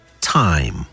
time